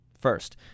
First